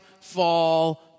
fall